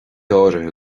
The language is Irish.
áirithe